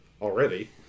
already